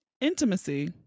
intimacy